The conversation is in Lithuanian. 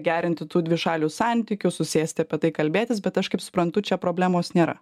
gerinti tų dvišalių santykių susėsti apie tai kalbėtis bet aš kaip suprantu čia problemos nėra